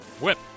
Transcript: Whip